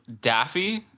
Daffy